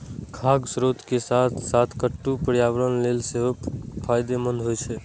खाद्यान्नक स्रोत के साथ साथ कट्टू पर्यावरण लेल सेहो फायदेमंद होइ छै